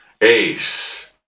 Ace